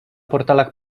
portalach